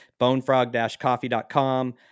bonefrog-coffee.com